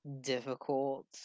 difficult